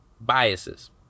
biases